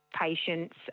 patients